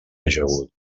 ajagut